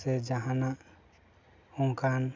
ᱥᱮ ᱡᱟᱦᱟᱱᱟᱜ ᱚᱱᱠᱟᱱ